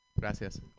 Gracias